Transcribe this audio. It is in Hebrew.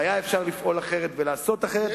ואפשר היה לפעול אחרת ולעשות אחרת.